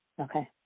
okay